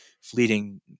fleeting